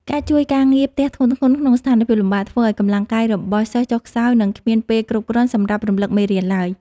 ការជួយការងារផ្ទះធ្ងន់ៗក្នុងស្ថានភាពលំបាក ធ្វើឱ្យកម្លាំងកាយរបស់សិស្សចុះខ្សោយ និងគ្មានពេលគ្រប់គ្រាន់សម្រាប់រំលឹកមេរៀនឡើយ។